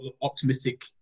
optimistic